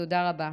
תודה רבה.